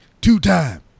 two-time